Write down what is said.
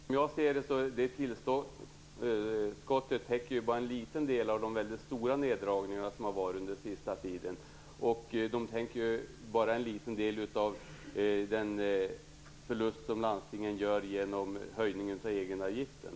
Fru talman! Som jag ser det täcker det tillskottet bara en liten del av de stora neddragningar som har gjorts under den senaste tiden. Det täcker bara en liten del av den förlust som landstingen gör genom höjningen av egenavgiften.